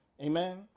amen